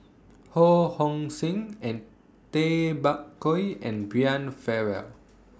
Ho Hong Sing and Tay Bak Koi and Brian Farrell